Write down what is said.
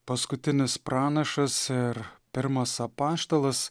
paskutinis pranašas ir pirmas apaštalas